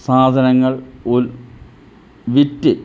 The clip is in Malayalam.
സാധനങ്ങൾ ഉൽ വിറ്റ്